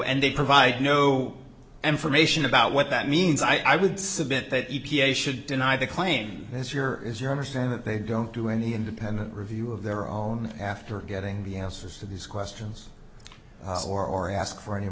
and they provide no information about what that means i would submit that u p a should deny the claim as your is you understand that they don't do any independent review of their own after getting the answers to these questions or ask for any